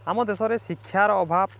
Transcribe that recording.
ଆମ ଦେଶରେ ଶିକ୍ଷାର ଅଭାବ